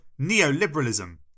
neoliberalism